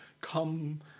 come